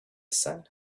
sun